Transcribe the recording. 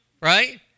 right